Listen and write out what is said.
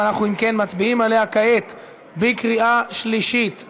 אם כן, אנחנו מצביעים עליה כעת בקריאה שלישית.